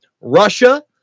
Russia